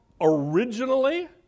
originally